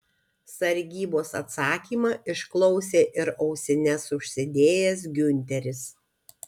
sargybos atsakymą išklausė ir ausines užsidėjęs giunteris